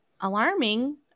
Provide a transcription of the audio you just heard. alarming